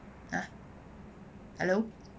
!huh! hello